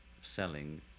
selling